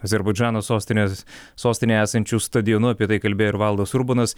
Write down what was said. azerbaidžano sostinės sostinėje esančiu stadionu apie tai kalbėjo ir valdas urbonas